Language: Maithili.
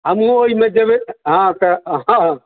हमहुँ ओहिमे देबै तऽ हँ तऽ हँ